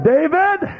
David